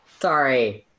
Sorry